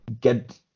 get